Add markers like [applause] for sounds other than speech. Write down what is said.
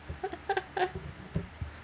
[laughs]